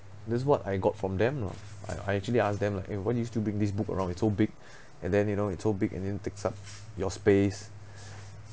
that's what I got from them lah I I actually ask them like eh why do you still bring this book around it's so big and then you know it's so big and then takes up your space